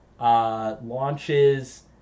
launches